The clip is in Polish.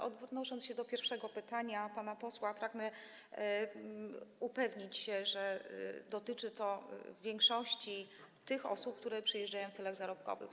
Odnosząc się do pierwszego pytania pana posła, pragnę upewnić się, że dotyczy to w większości tych osób, które przyjeżdżają w celach zarobkowych.